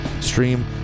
Stream